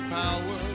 power